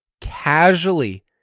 casually